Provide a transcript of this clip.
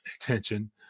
attention